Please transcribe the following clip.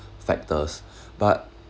factors but